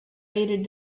aided